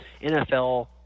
NFL